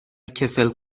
کسل